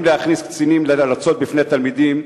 להכניס קצינים להרצות בפני תלמידים,